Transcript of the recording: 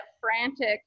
frantic